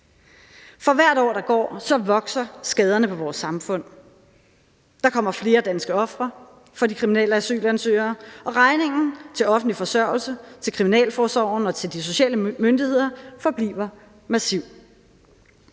For hvert år der går, vokser skaderne på vores samfund. Der kommer flere danske ofre for de kriminelle asylansøgere, og regningen til offentlig forsørgelse, til Kriminalforsorgen og til de sociale myndigheder forbliver massiv.